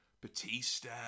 Batista